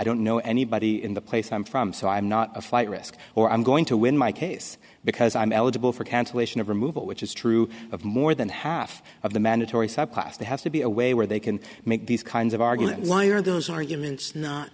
don't know anybody in the place i'm from so i'm not a flight risk or i'm going to win my case because i'm eligible for cancellation of removal which is true of more than half of the mandatory subclass they have to be away where they can make these kinds of argument why are those arguments not